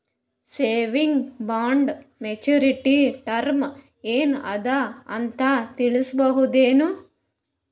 Savings bond maturity term ಏನ ಅದ ಅಂತ ತಿಳಸಬಹುದೇನು?